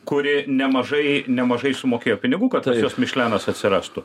kuri nemažai nemažai sumokėjo pinigų kad tas mišlenas atsirastų